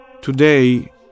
Today